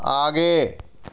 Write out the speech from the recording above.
आगे